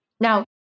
Now